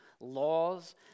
laws